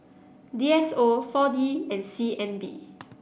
D S O four D and C N B